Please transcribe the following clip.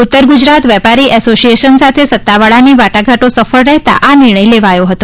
ઉત્તર ગુજરાત વેપારી એસોસિએશન સાથે સત્તાવાળાની વાટાઘાટ સફળ રહેતા આ નિર્ણય લેવાયો હતો